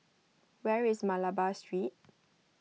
where is Malabar Street